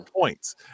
points